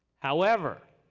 however,